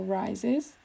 rises